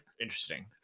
Interesting